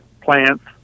plants